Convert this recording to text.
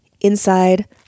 inside